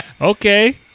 Okay